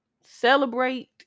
Celebrate